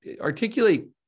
articulate